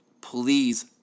please